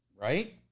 right